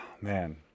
Man